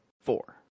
four